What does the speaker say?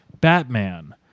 Batman